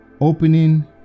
opening